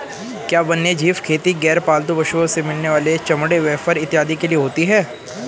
क्या वन्यजीव खेती गैर पालतू पशुओं से मिलने वाले चमड़े व फर इत्यादि के लिए होती हैं?